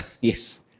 Yes